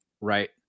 right